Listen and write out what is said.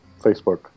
Facebook